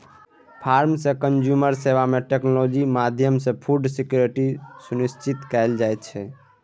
farm सँ consumer सेबा मे टेक्नोलॉजी माध्यमसँ फुड सिक्योरिटी सुनिश्चित कएल जाइत छै